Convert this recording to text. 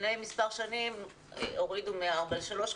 לפני מספר שנים הורידו מארבע לשלוש,